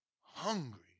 Hungry